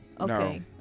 Okay